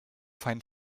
find